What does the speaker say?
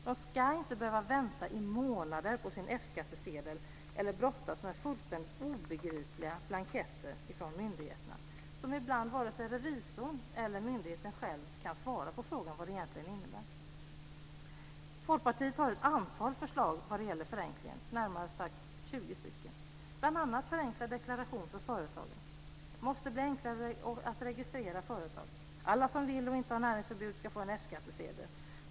De ska inte behöva vänta i månader på sin F-skattsedel eller brottas med fullständigt obegripliga blanketter från myndigheterna som är av det slaget att varken revisorn eller myndigheten själv ibland kan svara och säga vad det egentligen innebär. Folkpartiet har ett antal förslag till förenklingar, närmare bestämt 20 förslag. Bl.a. gäller det förenklad deklaration för företagare. Det måste bli enklare att registrera företag. Alla som vill och som inte har näringsförbud ska få en F-skattsedel.